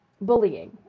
bullying